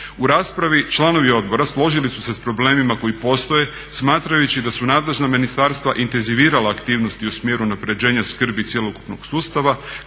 U raspravi članovi odbora složili su se s problemima koji postoje smatrajući da su nadležna ministarstva intenzivirala aktivnosti u smjeru unapređenja skrbi cjelokupnog sustava